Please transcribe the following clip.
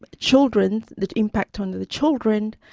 but children, the impact on the children,